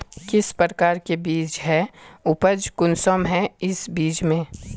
किस प्रकार के बीज है उपज कुंसम है इस बीज में?